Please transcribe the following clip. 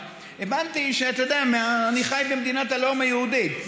הבנתי שאני חי במדינת הלאום היהודי.